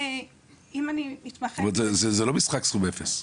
זאת אומרת זה לא משחק סכום אפס.